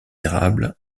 érables